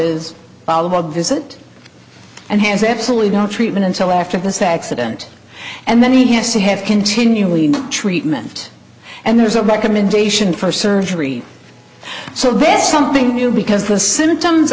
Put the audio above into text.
is all about the visit and has absolutely no treatment until after the sax a dent and then he has to have continually treatment and there's a recommendation for surgery so this is something new because the symptoms